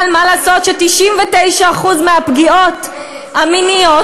אבל מה לעשות ש-99% מהפגיעות המיניות